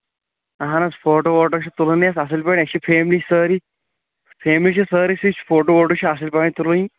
اَہن حظ فوٹوٗ وٹوٗ چھِ تُلٕنۍ آسہِ اَصٕل پٲٹھۍ اَسہِ چھِ فیٚملی سٲرٕے فیٚملی چھِ سٲرے سۭتۍ فوٹوٗ ووٹوٗ چھِ اَصٕل پٲٹھۍ تُلٕنۍ